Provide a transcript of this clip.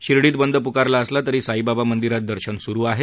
शिर्डीत बंद पुकारला असला तरी साईबाबा मंदीरात दर्शन सुरू आहे